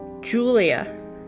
Julia